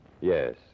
Yes